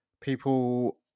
people